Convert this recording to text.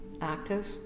active